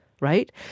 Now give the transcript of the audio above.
right